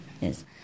yes